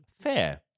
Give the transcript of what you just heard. fair